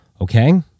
okay